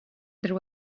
there